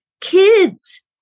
kids